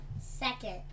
Second